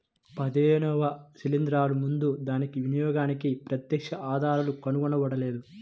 పదిహేనవ శిలీంద్రాలు ముందు దాని వినియోగానికి ప్రత్యక్ష ఆధారాలు కనుగొనబడలేదు